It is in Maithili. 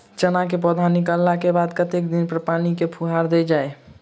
चना केँ पौधा निकलला केँ बाद कत्ते दिन पर पानि केँ फुहार देल जाएँ?